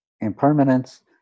impermanence